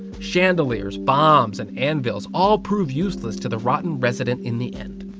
chandeliers, bombs, and anvils all prove useless to the rotten resident in the end.